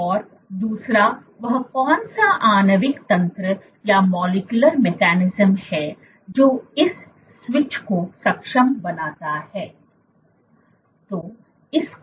और दूसरा वह कौन सा आणविक तंत्र है जो इस स्विच को सक्षम बनाता है